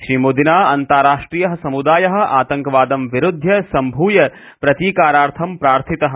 श्रीमोदिना अन्ताराष्ट्रियः समुदायः आतङ्कवादं विरुध्य सम्भूय प्रतीकारार्थं प्रार्थितः